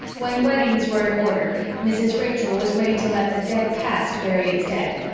when weddings were in order mrs. rachel was ready to let the dead past bury its dead.